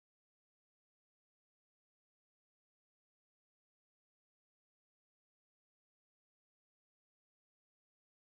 uh no I mean personality wise you're not confident like me like that ah that's why good friends hang out together and then but audrey loh is confident in another sense so it's